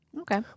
Okay